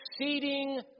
exceeding